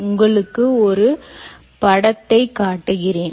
உங்களுக்கு ஒரு படத்தை காட்டுகிறேன்